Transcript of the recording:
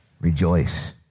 Rejoice